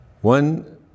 one